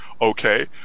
okay